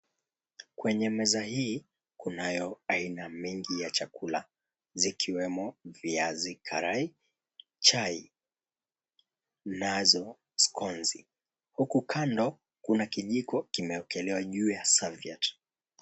Kwenye meza hii kunayo aina mingi ya chakula zikiwemo viazi karai, chai, nazo sconzi huku kando kuna kijiko kimewekelewa juu ya serviette .